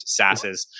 sasses